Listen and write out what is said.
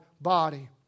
body